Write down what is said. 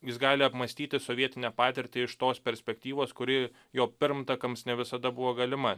jis gali apmąstyti sovietinę patirtį iš tos perspektyvos kuri jo pirmtakams ne visada buvo galima